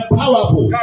powerful